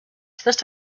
that